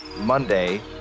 Monday